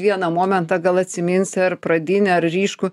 vieną momentą gal atsiminsi ar pradinį ar ryškų